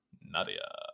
Nadia